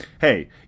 hey